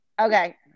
Okay